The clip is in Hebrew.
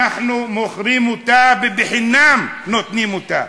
אנחנו מוכרים אותה ובחינם נותנים אותה.